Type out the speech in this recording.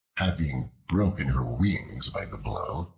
having broken her wings by the blow,